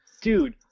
dude